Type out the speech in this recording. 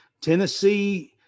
Tennessee –